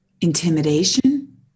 intimidation